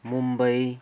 Mumbai